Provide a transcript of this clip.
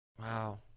Wow